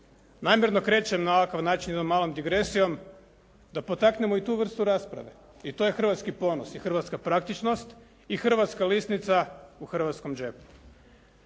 Namjerno krećem na ovakav način jednom malom digresijom da potaknemo i tu vrstu rasprave, i to je hrvatski ponos i hrvatska praktičnost i hrvatska lisnica u hrvatskom džepu.